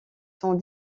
sont